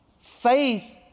Faith